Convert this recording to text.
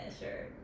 sure